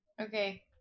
Okay